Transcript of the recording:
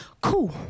cool